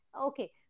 Okay